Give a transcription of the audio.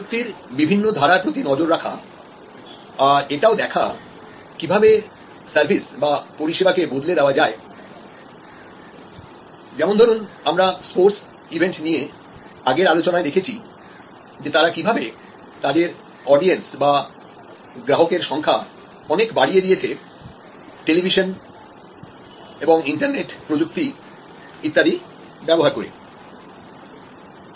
প্রযুক্তির বিভিন্ন ধারার প্রতি নজর রাখা আর এটাও দেখা কিভাবে সার্ভিস বা পরিষেবা কে বদলে দেওয়া যায় যেমন ধরুন আমরা স্পোর্টস ইভেন্ট নিয়ে আগে আলোচনায় দেখিয়েছি যে তারা কিভাবে তাদের অডিয়েন্স বা গ্রাহক সংখ্যা অনেক বাড়িয়ে দিয়েছে টেলিভিসন ইন্টারনেট প্রযুক্তি ইত্যাদি ব্যবহার করে